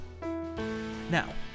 Now